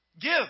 Give